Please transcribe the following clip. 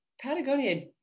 Patagonia